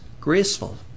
graceful